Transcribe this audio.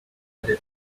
macro